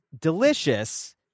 Delicious